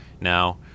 now